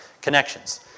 connections